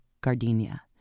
gardenia